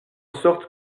sorte